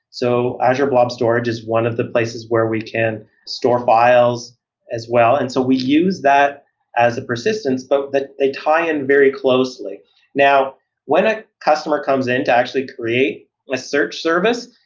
so azure blob storage is one of the places where we can store files as well. and so we use that as a persistence but that they tie in very closely now when a customer comes in to actually create a search service,